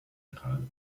iran